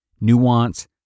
nuance